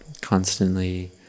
constantly